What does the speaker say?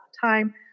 time